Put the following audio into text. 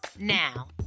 now